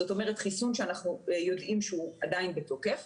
זאת אומרת, חיסון שאנחנו יודעים שהוא עדיין בתוקף,